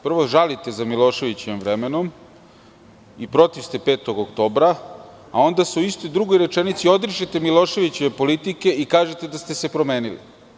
Prvo, žalite za Miloševićevim vremenom i protiv ste 5. oktobra, a onda se u drugoj rečenici odričete Miloševićeve politike i kažete da ste se promenili.